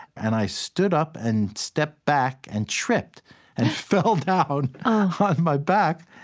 and i stood up and stepped back and tripped and fell down on my back.